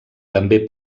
també